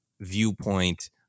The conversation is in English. viewpoint